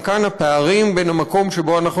גם כאן הפערים בין המקום שבו אנחנו